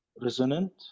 Resonant